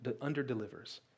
under-delivers